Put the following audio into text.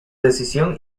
decisión